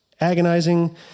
agonizing